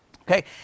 Okay